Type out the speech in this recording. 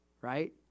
right